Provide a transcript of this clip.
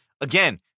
again